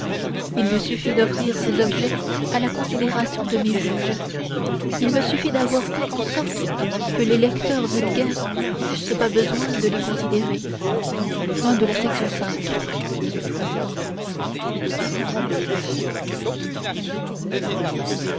il me suffit d'offrir ces objets à la considération de mes juges il me suffit d'avoir fait en sorte que les lecteurs vulgaires n'eussent pas besoin de les considérer